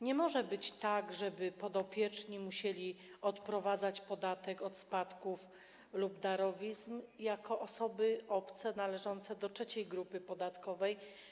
Nie może być tak, żeby podopieczni musieli odprowadzać podatek od spadków lub darowizn jako osoby obce, należące do trzeciej grupy podatkowej.